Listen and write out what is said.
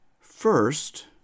first